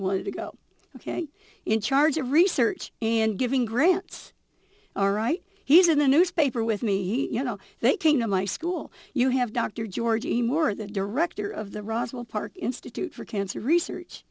wanted to go ok in charge of research and giving grants all right he's in the newspaper with me you know they came to my school you have dr georgie moore the director of the roswell park institute for cancer research